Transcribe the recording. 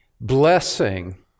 blessing